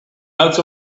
out